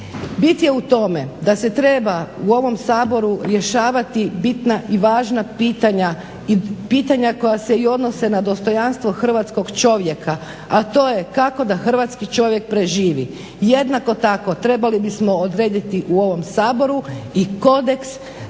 Bit je u tome da se treba u ovom Saboru rješavati bitna i važna pitanja i pitanja koja se i odnose na dostojanstvo hrvatskog čovjeka, a to je kako da hrvatski čovjek preživi. Jednako tako trebali bismo odrediti u ovom Saboru i kodeks